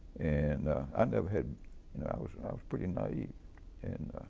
and i never had you know i was pretty naive and